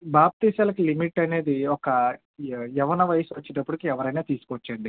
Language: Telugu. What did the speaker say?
బాప్తీసాల లిమిట్ అనేది ఒక య యవ్వన వయస్సు వచ్చేటప్పటికి ఎవరైనా తీసుకోవచ్చండి